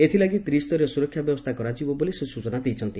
ଏଥିଲାଗି ତ୍ରିସ୍ତରୀୟ ସୁରକ୍ଷା ବ୍ୟବସ୍ରା କରାଯିବ ବୋଲି ସେ ସୂଚନା ଦେଇଛନ୍ତି